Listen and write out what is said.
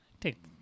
take